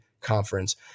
conference